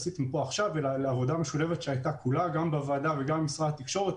אלא בעבודה משולבת שהייתה גם בוועדה וגם במשרד התקשורת